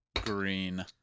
Green